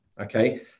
okay